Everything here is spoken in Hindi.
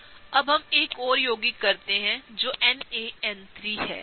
अब हम एक और यौगिक करते हैं जो NaN3 है